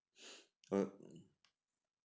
but